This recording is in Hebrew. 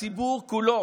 הציבור כולו